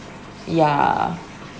yeah